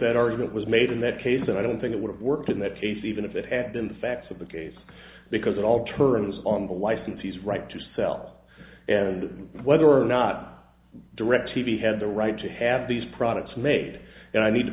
that argument was made in that case and i don't think it would have worked in that case even if it had been the facts of the case because it all turns on the licensees right to sell and whether or not directv had the right to have these products made and i need to